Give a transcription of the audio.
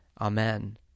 Amen